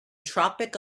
tropic